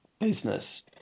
business